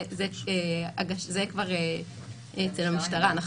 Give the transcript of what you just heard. זה כבר אצל המשטרה.